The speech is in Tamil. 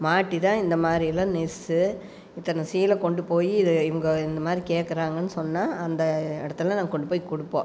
மாட்டிதான் இந்த மாதிரியெல்லாம் நெசிச்சு இத்தனை சீலை கொண்டு போய் இதை இவங்க இந்த மாதிரி கேக்கிறாங்கனு சொன்னால் அந்த இடத்துல நாங்கள் கொண்டு போய் கொடுப்போம்